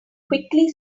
quickly